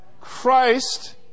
Christ